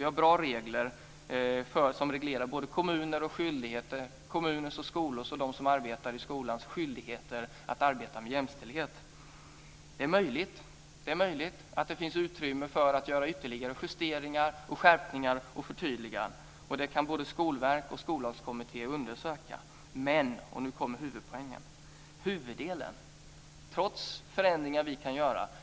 Vi har bra regler som reglerar både kommuners och skolors skyldigheter och skyldigheterna för dem som arbetar i skolan att arbeta med jämställdhet. Det är möjligt att det finns utrymme för ytterligare justeringar, skärpningar och förtydliganden. Det kan både skolverk och skollagskommitté undersöka. Men - och nu kommer huvudpoängen -